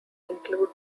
include